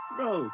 Bro